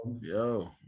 Yo